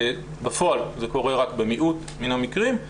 בפועל זה קורה רק במיעוט מן המקרים,